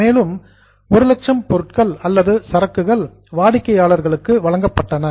மேலும் 100000 பொருட்கள் அல்லது சரக்குகள் கஸ்டமர்ஸ் வாடிக்கையாளர்களுக்கு வழங்கப்பட்டன